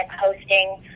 hosting